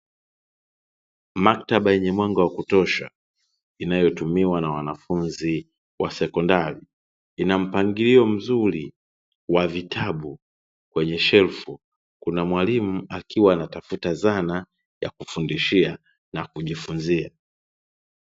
Maktaba yenye mwanga wakutosha inayotumiwa na wanafunzi wa sekondari, ina mpangilio mzuri wa vitabu kwenye shelfu. Kuna mwalimu akiwa anatafuta zana ya kufundishia na kujifunzia.